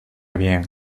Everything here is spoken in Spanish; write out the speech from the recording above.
bien